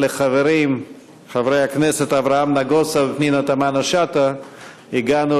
לחברים חברי הכנסת אברהם נגוסה ופנינה תמנו-שטה הגענו